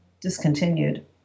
discontinued